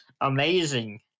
amazing